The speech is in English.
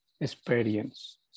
experience